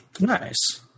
Nice